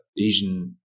Asian